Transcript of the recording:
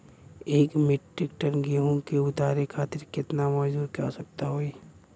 एक metric ton गेहूँ के उतारे खातीर कितना मजदूर क आवश्यकता होई?